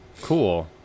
Cool